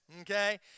okay